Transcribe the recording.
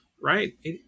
right